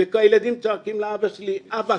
הילדים צועקים לאבא שלי: אבא,